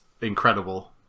incredible